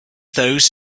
those